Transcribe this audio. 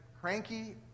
cranky